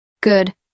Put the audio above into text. Good